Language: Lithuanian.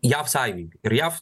jav sąjungininkai ir jav